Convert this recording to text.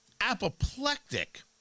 apoplectic